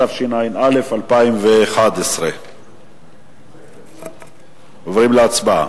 התשע"א 2011. עוברים להצבעה.